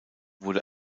wurde